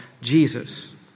Jesus